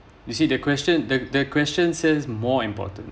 you see the question the question says more important